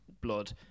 blood